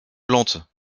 plantes